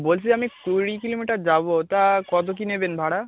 বলছি আমি কুড়ি কিলোমিটার যাব তা কত কী নেবেন ভাড়া